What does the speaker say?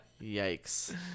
yikes